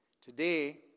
today